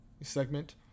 segment